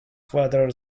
furthered